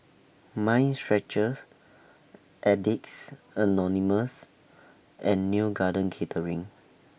Mind Stretcher Addicts Anonymous and Neo Garden Catering